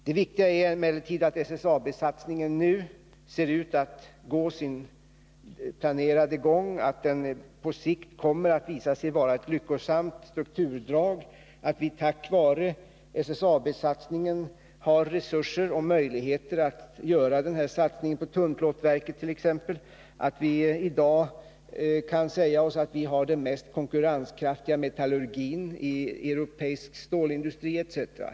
Det viktiga är emellertid att SSAB-satsningen nu ser ut att ha sin planerade gång, att den på sikt kommer att visa sig vara ett lyckosamt strukturdrag, att vi tack vare SSAB-satsningen har resurser och möjligheter att göra satsningen på t.ex. tunnplåtverket, att vi i dag kan säga oss att vi har den mest konkurrenskraftiga metallurgin i europeisk stålindustri etc.